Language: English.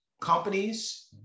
companies